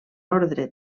ordre